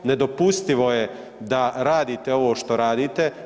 Nedopustivo je da radite ovo što radite.